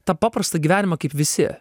tą paprastą gyvenimą kaip visi